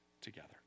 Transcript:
together